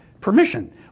permission